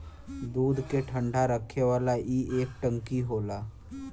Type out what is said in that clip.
दूध के ठंडा रखे वाला ई एक टंकी होला